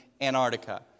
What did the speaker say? Antarctica